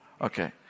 Okay